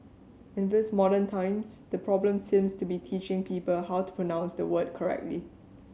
in these modern times the problem seems to be teaching people how to pronounce the word correctly